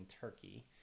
Turkey